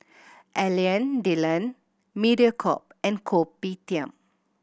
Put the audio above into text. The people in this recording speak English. Alain Delon Mediacorp and Kopitiam